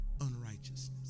unrighteousness